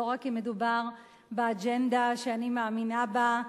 רק כי מדובר באג'נדה שאני מאמינה בה,